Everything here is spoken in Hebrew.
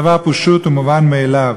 דבר פשוט ומובן מאליו.